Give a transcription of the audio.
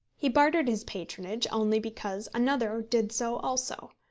he bartered his patronage only because another did so also.